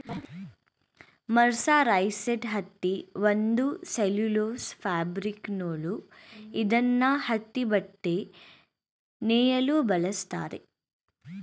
mercerised ಹತ್ತಿ ಒಂದು cellulose fabric ನೂಲು ಇದ್ನ ಹತ್ತಿಬಟ್ಟೆ ನೇಯಲು ಬಳಸ್ತಾರೆ